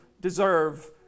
deserve